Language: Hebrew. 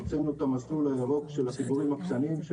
הוצאנו את המסלול הירוק של החיבורים הקטנים.